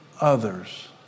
others